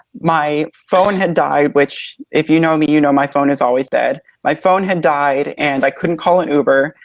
my phone had died, which if you know me you know my phone is always dead. my phone had died and i couldn't call an uber.